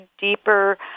deeper